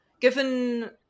given